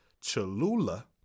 Cholula